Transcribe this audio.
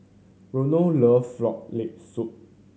Reno loves Frog Leg Soup